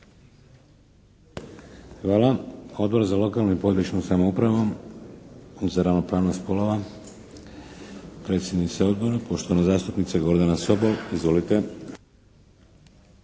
Hvala. Odbor za lokalnu i područnu samoupravu? Za ravnopravnost spolova? Predsjednica Odbora, poštovana zastupnica Gordana Sobol. Izvolite.